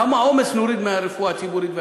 כמה עומס נוריד מהרפואה הציבורית והקהילתית.